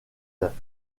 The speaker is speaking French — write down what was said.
œufs